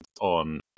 on